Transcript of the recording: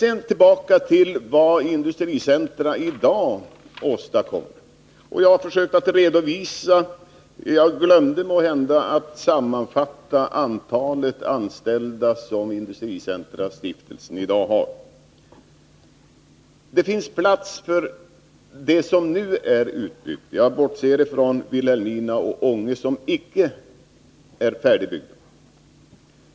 Sedan tillbaka till vad industricentra i dag åstadkommer. Jag glömde kanske att redovisa det antal anställda som Stiftelsen Industricentra i dag har — jag bortser från Vilhelmina och Ånge som icke är färdigbyggda.